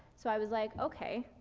so i was like, okay,